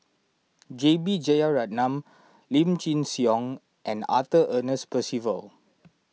J B Jeyaretnam Lim Chin Siong and Arthur Ernest Percival